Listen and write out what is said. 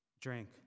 Drink